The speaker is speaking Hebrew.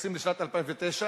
שמתייחסים לשנת 2009,